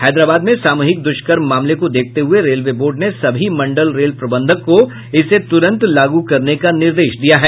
हैदराबाद में सामूहिक दुष्कर्म मामले को देखते हुये रेलवे बोर्ड ने सभी मंडल रेल प्रबंधक को इसे तुरंत लागू करने का निर्देश दिया है